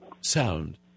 sound